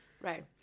Right